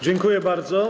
Dziękuję bardzo.